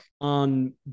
on